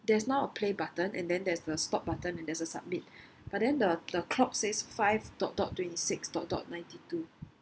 there's now a play button and then there's the stop button and there's a submit but then the the clock says five dot dot twenty six dot dot ninety two